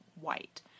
white